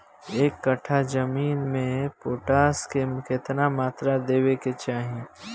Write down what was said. एक कट्ठा जमीन में पोटास के केतना मात्रा देवे के चाही?